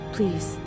Please